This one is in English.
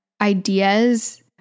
ideas